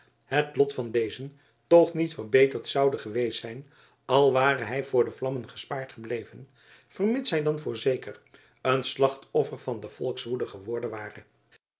het lot van dezen toch niet verbeterd zoude geweest zijn al ware hij voor de vlammen gespaard gebleven vermits hij dan voorzeker een slachtoffer van de volkswoede geworden ware